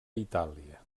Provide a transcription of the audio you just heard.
itàlia